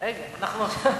רגע, אנחנו עכשיו,